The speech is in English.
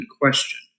question